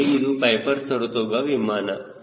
ಹೀಗೆ ಇದು Piper Saratoga ವಿಮಾನ